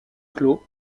clos